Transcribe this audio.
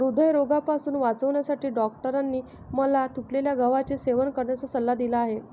हृदयरोगापासून वाचण्यासाठी डॉक्टरांनी मला तुटलेल्या गव्हाचे सेवन करण्याचा सल्ला दिला आहे